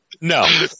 No